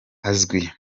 azwi